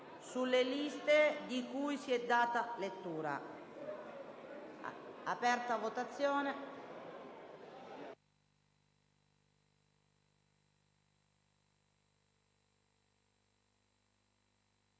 sulle liste di cui si è data lettura. *(Segue la votazione)*